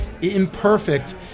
imperfect